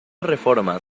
reformas